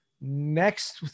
next